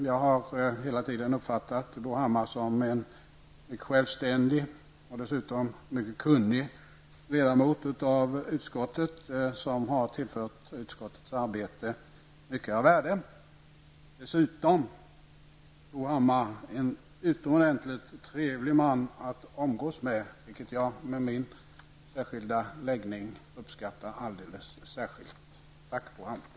Jag har helt tiden uppfattat Bo Hammar som en mycket självständig och dessutom mycket kunnig ledamot av utskottet. Han har tillfört utskottets arbete mycket av värde. Bo Hammar är dessutom utomordentligt trevlig att umgås med vilket jag uppskattar alldeles särskilt. Tack Bo Hammar!